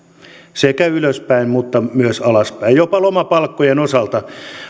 ylöspäin mutta myös alaspäin jopa lomapalkkojen osalta